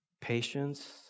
patience